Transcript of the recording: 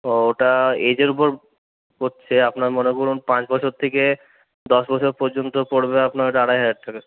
ওটা এজের ওপর হচ্ছে আপনার মনে করুন পাঁচ বছর থেকে দশ বছর পর্যন্ত পড়বে আপনার আড়াই হাজার টাকা